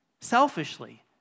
selfishly